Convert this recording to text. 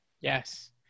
Yes